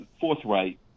forthright